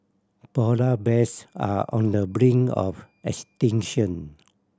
polar bears are on the brink of extinction